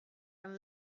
and